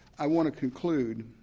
i want to conclude